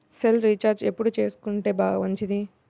Cell recharge ఎప్పుడు చేసుకొంటే మంచిది?